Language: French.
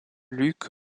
luc